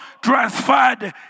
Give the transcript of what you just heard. transferred